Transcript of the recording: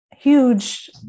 huge